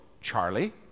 charlie